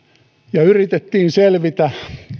ja yritettiin selvitä